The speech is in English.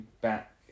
back